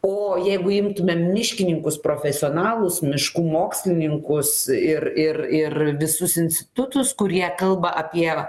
o jeigu imtumėm miškininkus profesionalus miškų mokslininkus ir ir ir visus institutus kurie kalba apie